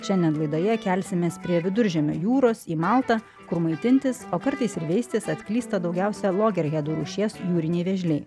šiandien laidoje kelsimės prie viduržemio jūros į maltą kur maitintis o kartais ir veistis atklysta daugiausia logerhedų rūšies jūriniai vėžliai